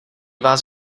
vás